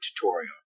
tutorial